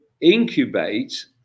incubate